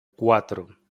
cuatro